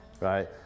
right